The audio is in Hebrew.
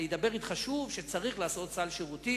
אני אדבר אתך שוב על כך שצריך לעשות סל שירותים,